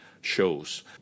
shows